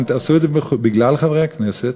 הם עשו את זה בגלל חברי הכנסת,